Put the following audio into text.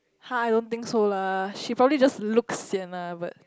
!huh! I don't think so lah she probably just looked sian lah but